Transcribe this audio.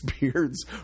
beards